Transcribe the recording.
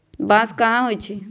बांस कहाँ होई छई